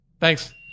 Thanks